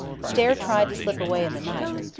stair tried to slip away in the night.